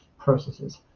processes